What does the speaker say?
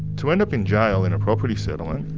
to end up in jail in a property settlement?